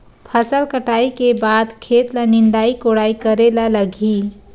फसल कटाई के बाद खेत ल निंदाई कोडाई करेला लगही?